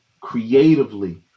creatively